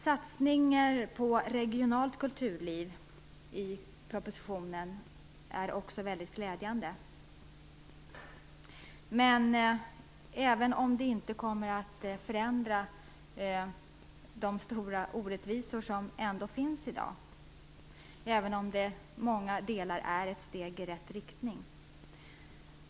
Satsningen på regionalt kulturliv i propositionen är också väldigt glädjande. Även om det inte kommer att förändra de stora orättvisor som finns i dag är det många delar som är ett steg i rätt riktning.